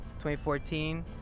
2014